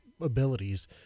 abilities